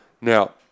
Now